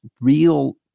real